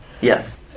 Yes